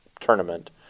tournament